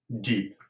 deep